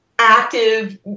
active